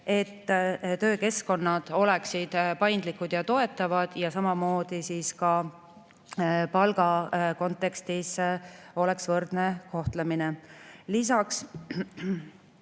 et töökeskkonnad oleksid paindlikud ja toetavad ning ka palga kontekstis oleks võrdne kohtlemine. Lisaks